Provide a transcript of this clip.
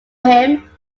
him